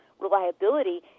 reliability